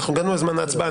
הגענו לזמן ההצבעה.